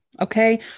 okay